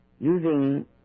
using